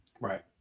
Right